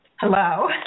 Hello